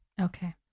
Okay